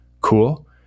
cool